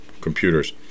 computers